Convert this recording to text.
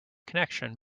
connection